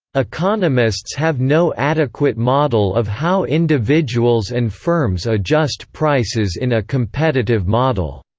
economists have no adequate model of how individuals and firms adjust prices in a competitive model.